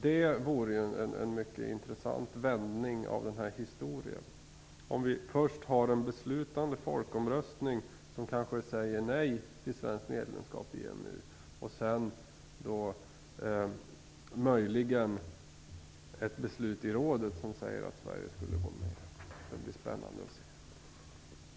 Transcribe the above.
Det vore en mycket intressant vändning i frågan om vi först genomförde en beslutande folkomröstning, där man kanske säger nej till svenskt medlemskap i EMU, och sedan möjligen får ett beslut i rådet som säger att Sverige skall gå med. Det blir spännande att se.